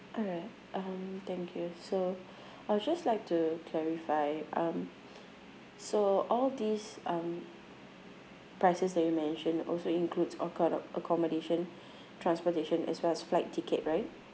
alright um thank you so I'll just like to clarify um so all these um prices that you mention also includes acco~ accommodation transportation as well as flight ticket right